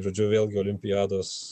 žodžiu vėlgi olimpiados